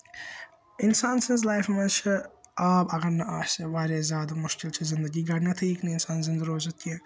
اِنسان سٕنٛز لایفہِ منٛز چھ آب اَگَر نہٕ آسہِ وارِیاہ زیادٕ مُشکِل چھ زِندگی گۄڈٕنیٚتھٕے ہیٚکہِ نہٕ اِنسان زِندٕ روزِتھ کیٚنٛہہ